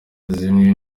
zimwe